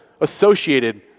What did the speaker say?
associated